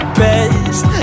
best